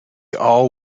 all